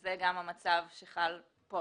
שזה גם המצב שחל כאן.